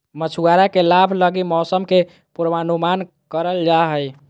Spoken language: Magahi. मछुआरा के लाभ लगी मौसम के पूर्वानुमान करल जा हइ